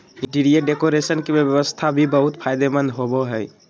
interior decoration के व्यवसाय भी बहुत फायदेमंद होबो हइ